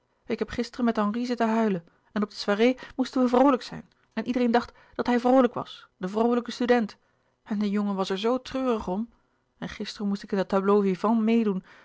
ik heb gisteren met henri zitten huilen en op de soirée moesten wij vroolijk zijn en iedereen dacht dat hij vroolijk was de vroolijke student en de jongen was er zoo treurig om en gisteren moest ik in dat tableau vivant meêdoen